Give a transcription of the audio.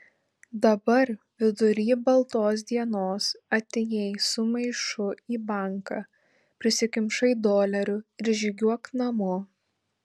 dabar vidury baltos dienos atėjai su maišu į banką prisikimšai dolerių ir žygiuok namo